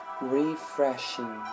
refreshing